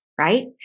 right